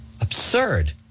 Absurd